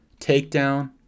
takedown